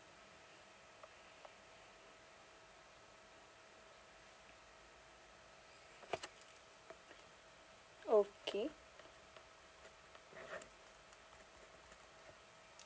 okay